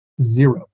Zero